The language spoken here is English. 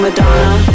Madonna